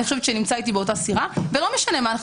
נמצא איתי באותה סירה ולא משנה מה אנו